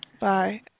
Bye